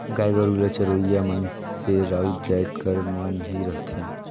गाय गरू ल चरोइया मइनसे राउत जाएत कर मन ही रहथें